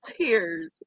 tears